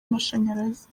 amashanyarazi